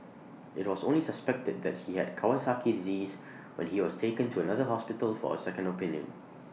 IT was only suspected that he had Kawasaki disease when he was taken to another hospital for A second opinion